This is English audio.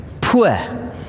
poor